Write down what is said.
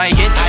hit